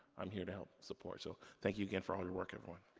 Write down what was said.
i'm here to help support. so, thank you again for all your work, everyone.